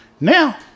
Now